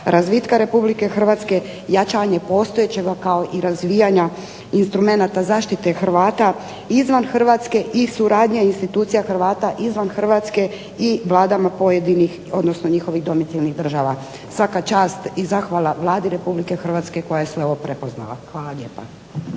razvitka Republike Hrvatske, jačanje postojećega kao i razvijanja instrumenata zaštite Hrvata izvan Hrvatske i suradnja institucija Hrvata izvan Hrvatske i vladama pojedinih odnosno njihovih domicilnih država. Svaka čast i zahvala Vladi Republike Hrvatske koja je sve ovo prepoznala. Hvala lijepa.